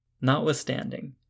Notwithstanding